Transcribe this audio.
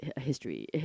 history